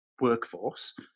workforce